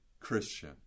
Christian